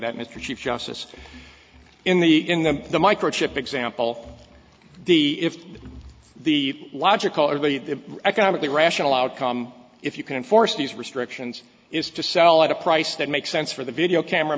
that mr chief justice in the in the the micro chip example the if the logical or economically rational outcome if you can enforce these restrictions is to sell at a price that makes sense for the video camera